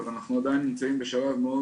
אבל אנחנו עדיין נמצאים בשלב מאוד